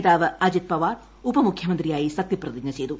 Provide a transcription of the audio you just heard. നേതാവ് അജിത് പവാർ ഉപമുഖ്യമന്ത്രിയായി സത്യപ്രതിജ്ഞ ചെയ്തു